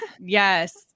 yes